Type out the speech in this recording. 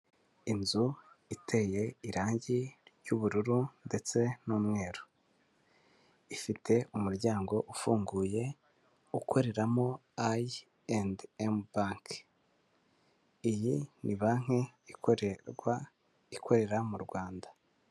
Inzu iteye irange ry'ubururu ndetse n'umweru ifite umuryango ufunguye ukoreramo Ayi endi emu banki. Iyi ni banki ikorerwa ikorera mu Rwanda.